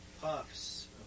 puffs